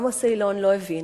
עמוס אילון לא הבין,